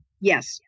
yes